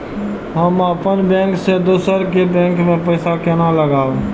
हम अपन बैंक से दोसर के बैंक में पैसा केना लगाव?